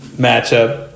matchup